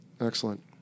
Excellent